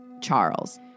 Charles